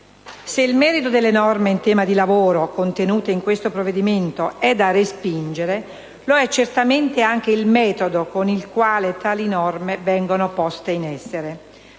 Se il merito delle norme in tema di lavoro contenute in questo provvedimento è da respingere, lo è certamente anche il metodo con il quale tali norme vengono poste in essere.